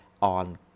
on